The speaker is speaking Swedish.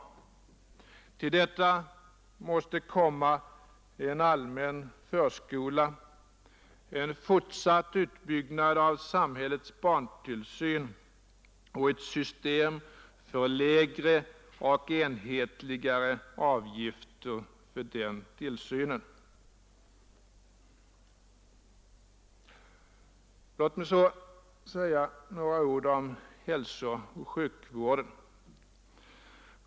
Till detta måste komma en allmän förskola, en fortsatt utbyggnad av samhällets barntillsyn och ett system för lägre och enhetligare avgifter för den tillsynen. Låt mig så säga några ord om hälsooch sjukvården.